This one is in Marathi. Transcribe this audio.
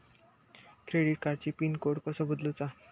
क्रेडिट कार्डची पिन कोड कसो बदलुचा?